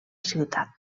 ciutat